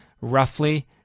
roughly